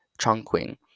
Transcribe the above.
Chongqing